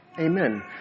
Amen